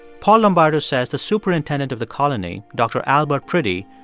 paul lombardo says the superintendent of the colony, dr. albert priddy,